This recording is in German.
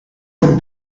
dem